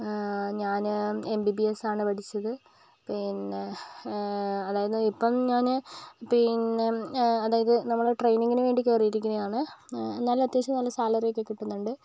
ഞാൻ M B B S ആണ് പഠിച്ചത് പിന്നെ അതായത് ഇപ്പം ഞാൻ പിന്നെ അതായത് ട്രെയിനിങ്ങിന് വേണ്ടി കയറി ഇരിക്കുകയാണ് എന്നാലും അത്യവശ്യം സാലറി ഒക്കെകിട്ടുന്നുണ്ട്